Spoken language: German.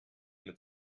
mit